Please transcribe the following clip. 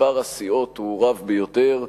מספר הסיעות הוא רב ביותר,